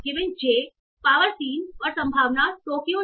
j पावर3 और संभावना टोक्यो